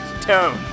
tone